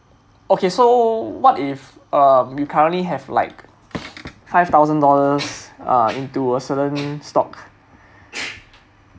okay so what if um you currently have like five thousand dollars uh into a certain stock